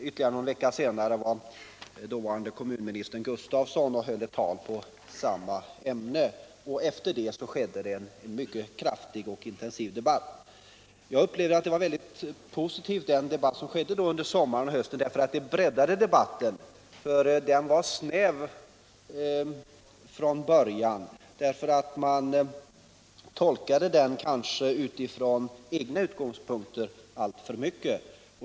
Ytterligare någon vecka senare höll dåvarande kommunministern Gustafsson ett tal i samma ämne. Efter detta förekom en mycket kraftig och intensiv debatt. Jag upplevde att den debatt som då fördes var mycket positiv eftersom debatten breddades. Den var snäv från början därför att man kanske tolkade det hela alltför mycket från egna utgångspunkter.